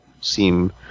seem